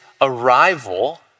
arrival